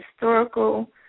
historical